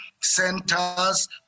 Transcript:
centers